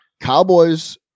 Cowboys